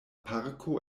parko